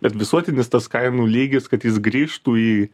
bet visuotinis tas kainų lygis kad jis grįžtų į